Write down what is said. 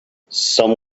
some